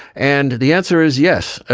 and the answer is yes. ah